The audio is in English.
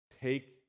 take